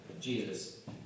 Jesus